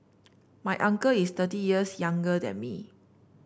my uncle is thirty years younger than me